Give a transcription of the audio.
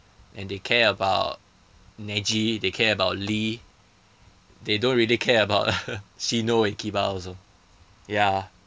and they care about neji they care about lee they don't really care about shino and kiba also ya